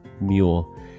mule